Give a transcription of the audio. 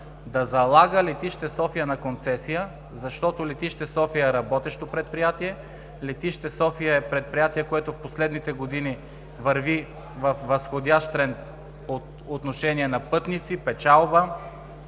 да залага Летище София на концесия, защото то е работещо предприятие, Летище София е предприятие, което в последните години върви във възходящ тренд по отношение на пътници, печалба,